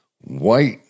white